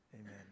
amen